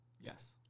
Yes